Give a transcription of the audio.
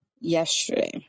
yesterday